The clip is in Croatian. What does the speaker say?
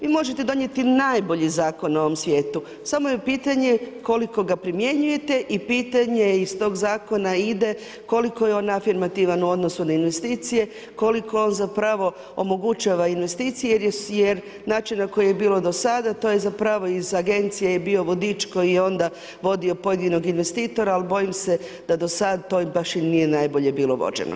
Vi možete donijeti najbolji zakon na ovom svijetu, samo je pitanje koliko ga primjenjujete i pitanje je iz tog zakona ide koliko je on afirmativan u odnosu na investicije, koliko zapravo omogućava investicije jer način na koji je bilo do sada to je zapravo iz agencije je bio vodič koji je onda vodio pojedinog investitora, ali bojim se da do sada to baš i nije najbolje bilo vođeno.